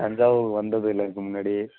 தஞ்சாவூர் வந்ததில்லை இதுக்கு முன்னாடி